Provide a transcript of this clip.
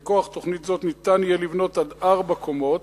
ומכוח תוכנית זו ניתן יהיה לבנות ארבע קומות.